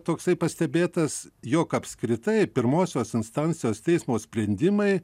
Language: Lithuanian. toksai pastebėtas jog apskritai pirmosios instancijos teismo sprendimai